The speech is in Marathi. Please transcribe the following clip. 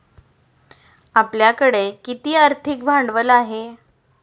आपल्याकडे किती आर्थिक भांडवल आहे?